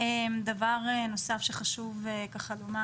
דבר נוסף שחשוב לומר,